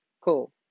Cool